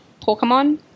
Pokemon